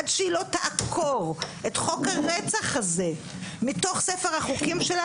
עד שהיא לא תעקור את חוק הרצח הזה מתוך ספר החוקים שלה,